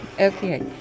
Okay